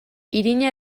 irina